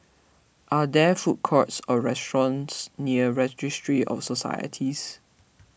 are there food courts or restaurants near Registry of Societies